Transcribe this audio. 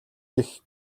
гэх